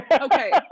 Okay